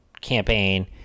campaign